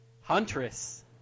Huntress